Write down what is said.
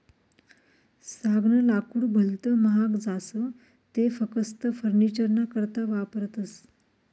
सागनं लाकूड भलत महाग जास ते फकस्त फर्निचरना करता वापरतस